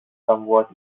somewhat